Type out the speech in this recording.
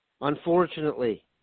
unfortunately